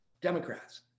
democrats